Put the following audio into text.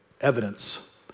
Evidence